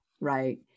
right